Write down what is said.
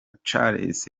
charles